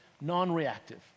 non-reactive